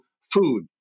Food